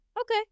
okay